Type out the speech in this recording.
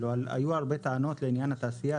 היו הרבה טענות לעניין התעשייה,